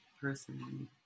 person